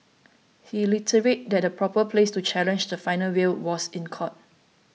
he reiterated that the proper place to challenge the final will was in court